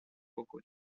poco